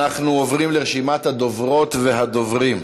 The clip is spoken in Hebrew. אנחנו עוברים לרשימת הדוברות והדוברים.